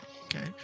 okay